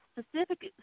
specific